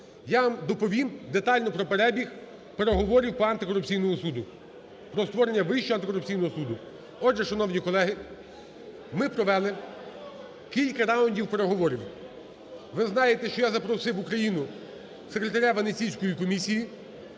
Я вам доповім детально про перебіг переговорів по антикорупційному суду, про створення Вищого антикорупційного суду. Отже, шановні колеги, ми провели кілька раундів переговорів. Ви знаєте, що я запросив в Україну Секретаря Венеційської комісії